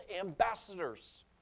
ambassadors